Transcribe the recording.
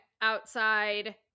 outside